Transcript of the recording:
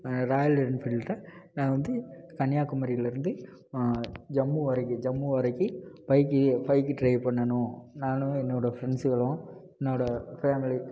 Royal என்ஃபீல்ட்ரை நான் வந்து கன்னியாகுமரியில் இருந்த ஜம்மு வரைக்கும் ஜம்மு வரைக்கு பைக்கிலியே பைக் ட்ரைவ் பண்ணணும் நான் என்னோடய ஃப்ரெண்ட்ஸூகளும் என்னோடய ஃபேமிலி